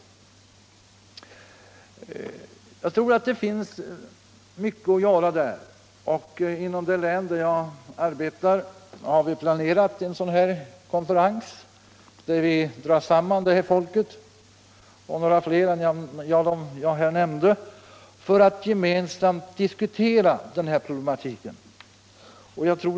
Jag tror att det finns mycket att göra i den riktningen. Inom det län där jag arbetar har vi planerat en konferens, dit dessa människor och även en del andra än de som jag nämnt skulle dras samman för att gemensamt diskutera denna problematik.